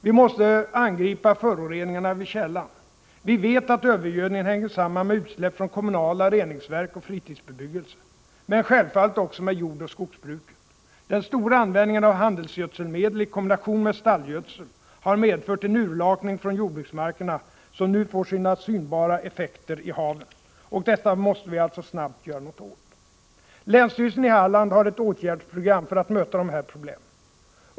Vi måste angripa föroreningarna vid källan. Vi ver att övergödningen hänger samman med utsläpp från kommunala reningsverk och fritidsbebyggelse men självfallet också med jordoch skogsbruket. Den stora användningen av handelsgödselmedel i kombination med stallgödsel har medfört en urlakning från jordbruksmarkerna som nu får sina synbara effekter i haven. Och detta måste vi alltså snabbt göra något åt. Länsstyrelsen i Halland har ett åtgärdsprogram för att möta de här problemen.